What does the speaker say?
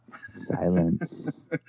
Silence